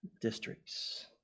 districts